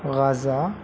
غازہ